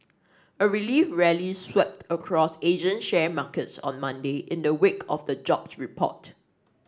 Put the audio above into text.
a relief rally swept across Asian share markets on Monday in the wake of the jobs report